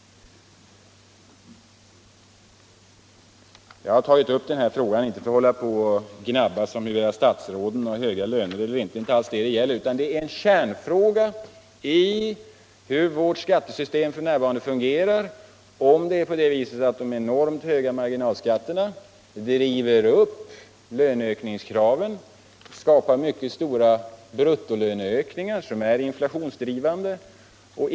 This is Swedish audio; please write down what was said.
Nu har jag inte alls tagit upp denna fråga för att gnabbas om huruvida statsråden har höga löner eller inte. Det är inte alls det som frågan gäller, utan kärnfrågan är hur vårt skattesystem f. n. fungerar. Är det de enormt höga marginalskatterna som driver upp löneökningskraven och ger dessa mycket stora bruttolöneökningar, som är inflationsdrivande?